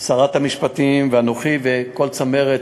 שרת המשפטים ואנוכי וכל צמרת